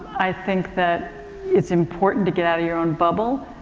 i think that it's important to get out of your own bubble.